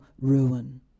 ruin